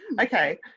Okay